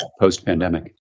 post-pandemic